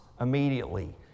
immediately